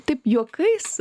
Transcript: taip juokais